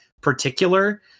particular